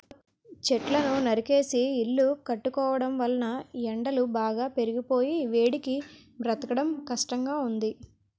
చెట్లను నరికేసి ఇల్లు కట్టుకోవడం వలన ఎండలు బాగా పెరిగిపోయి వేడికి బ్రతకడం కష్టంగా ఉంది